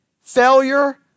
failure